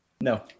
No